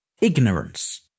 Ignorance